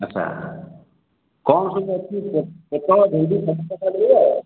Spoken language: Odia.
ଆଚ୍ଛା କ'ଣ ସବୁ ଅଛି ପୋଟଳ ଭେଣ୍ଡି ସସ୍ତା ପଡିବ